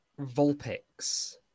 Vulpix